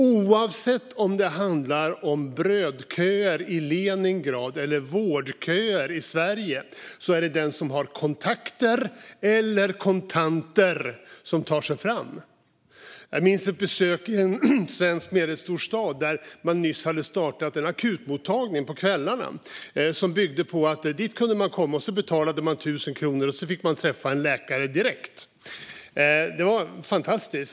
Oavsett om det handlar om brödköer i Leningrad eller vårdköer i Sverige är det den som har kontakter eller kontanter som tar sig fram. Jag minns ett besök i en svensk medelstor stad där man nyss hade startat en akutmottagning på kvällarna. Den byggde på att man kunde komma dit, man betalade 1 000 kronor och så fick man träffa en läkare direkt. Det var fantastiskt.